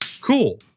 cool